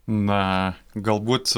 na galbūt